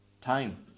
time